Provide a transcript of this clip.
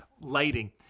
lighting